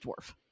dwarf